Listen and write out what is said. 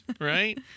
right